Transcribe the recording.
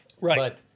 Right